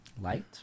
Light